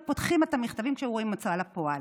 פותחים את המכתבים כשהיו רואים "הוצאה לפועל",